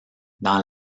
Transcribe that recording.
dans